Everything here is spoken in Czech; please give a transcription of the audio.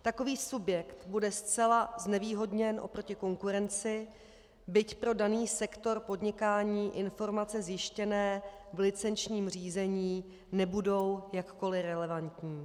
Takový subjekt bude zcela znevýhodněn oproti konkurenci, byť pro daný sektor podnikání informace zjištěné v licenčním řízení nebudou jakkoli relevantní.